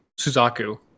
Suzaku